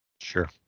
sure